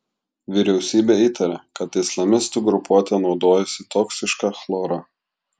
vyriausybė įtaria kad islamistų grupuotė naudojusi toksišką chlorą